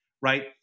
Right